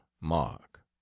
mark